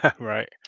Right